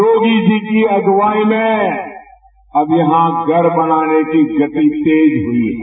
योगी जी की अगुवाई में अब यहां घर बनाने की गति तेज हुई है